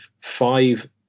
five